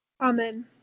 Amen